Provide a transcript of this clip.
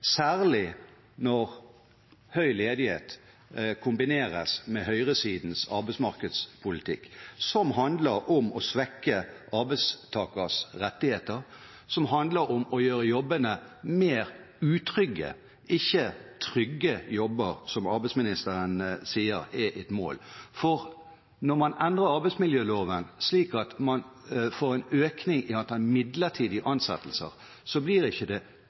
særlig når høy ledighet kombineres med høyresidens arbeidsmarkedspolitikk, som handler om å svekke arbeidstakeres rettigheter, som handler om å gjøre jobbene mer utrygge, ikke trygge jobber, som arbeidsministeren sier er et mål. For når man endrer arbeidsmiljøloven slik at man får en økning i antall midlertidige ansettelser, blir det ikke tryggere jobber, det